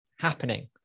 happening